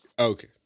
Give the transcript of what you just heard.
Okay